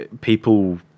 People